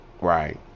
Right